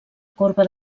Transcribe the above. corba